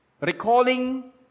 recalling